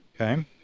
Okay